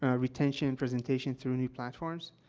ah retention and presentation through new platforms,